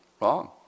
wrong